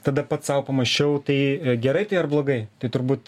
tada pats sau pamąsčiau tai gerai tai ar blogai tai turbūt